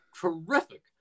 Terrific